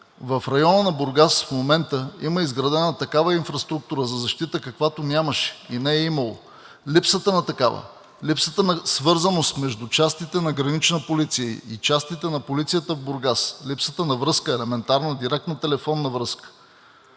В района на Бургас в момента има изградена такава инфраструктура за защита, каквато нямаше и не е имало. Липсата на такава, липсата на свързаност между частите на Гранична полиция и частите на полицията в Бургас, липсата на елементарна връзка – директна телефонна връзка,